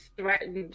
threatened